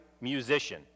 musician